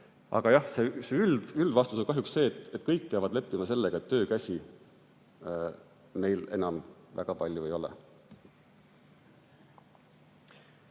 Aga jah, üldvastus on kahjuks see, et kõik peavad leppima sellega, et töökäsi meil enam väga palju ei ole.